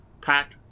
pack